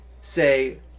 say